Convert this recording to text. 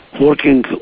working